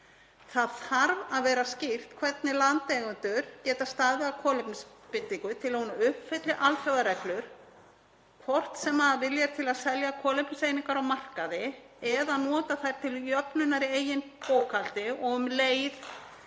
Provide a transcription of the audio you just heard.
Það þarf að vera skýrt hvernig landeigendur geta staðið að kolefnisbindingu til að hún uppfylli alþjóðareglur, hvort sem vilji er til að selja kolefniseiningar á markaði eða nota þær til jöfnunar í eigin bókhaldi og um leið